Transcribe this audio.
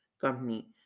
company